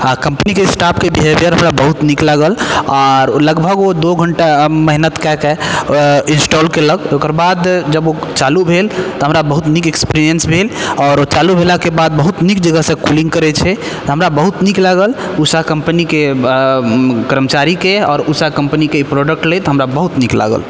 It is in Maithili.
कम्पनीके स्टाफके बिहेवियर हमरा बहुत नीक लागल आओर लगभग ओ दू घण्टा मेहनत कए कऽ इनस्टॉल केलक ओकर बाद जब ओ चालू भेल बहुत नीक एक्सपीरियंस भेल आओर चालू भेलाक बाद बहुत नीक तरहसँ कूलिंग करै छै हमरा बहुत नीक लागल उषा कंपनीके कर्मचारीके आओर कंपनीके प्रोडक्ट लैत हमरा बहुत नीक लागल